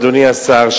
אדוני השר,